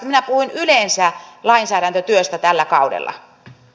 minä puhuin yleensä lainsäädäntötyöstä tällä kaudella